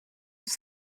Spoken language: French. sous